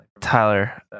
Tyler